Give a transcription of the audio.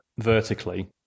vertically